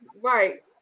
Right